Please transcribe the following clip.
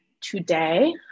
today